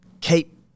keep